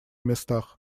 местах